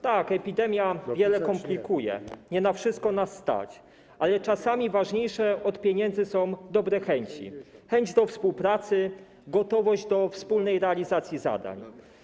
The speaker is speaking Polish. Tak, epidemia wiele komplikuje, nie na wszystko nas stać, ale czasami ważniejsze od pieniędzy są dobre chęci, chęć do współpracy, gotowość do wspólnej realizacji zadań.